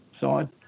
side